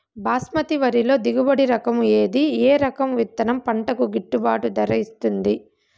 బాస్మతి వరిలో దిగుబడి రకము ఏది ఏ రకము విత్తనం పంటకు గిట్టుబాటు ధర ఇస్తుంది